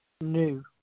New